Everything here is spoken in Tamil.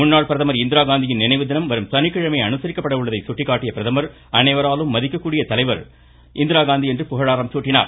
முன்னாள் பிரதமர் இந்திராகாந்தியின் நினைவு தினம் வரும் சனிக்கிழமை அனுசரிக்கப்பட உள்ளதை சுட்டிக்காட்டிய பிரதமர் அனைவராலும் மதிக்கக் கூடிய தலைவர் இந்திராகாந்தி என்று புகழாரம் சூட்டினார்